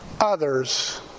others